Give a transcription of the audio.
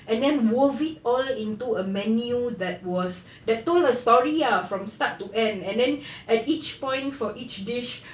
and then wove it all into a menu that was that told a story ah from start to end and then at each point for each dish